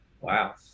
Wow